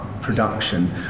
production